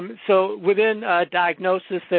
um so, within diagnosis, ah